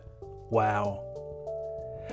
Wow